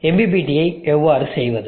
எனவே MPPTயை எவ்வாறு செய்வது